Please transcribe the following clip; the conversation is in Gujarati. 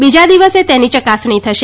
બીજા દિવસે તેની ચકાસણી થશે